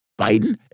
Biden